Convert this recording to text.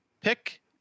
pick